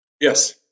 Yes